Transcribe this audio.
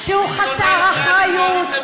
שהוא חסר אחריות,